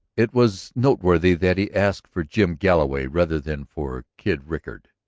it was noteworthy that he asked for jim galloway rather than for kid rickard.